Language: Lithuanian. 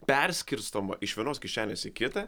perskirstoma iš vienos kišenės į kitą